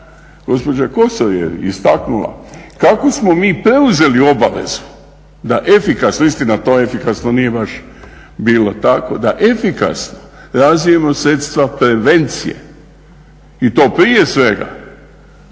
Gospođa Kosor je istaknula kako smo mi preuzeli obavezu da efikasno, istina to efikasno nije baš bilo tako, da efikasno razvijemo sredstva prevencije i to prije svega